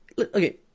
Okay